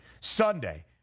Sunday